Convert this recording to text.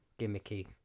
gimmicky